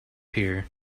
here